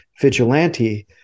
vigilante